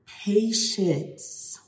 patience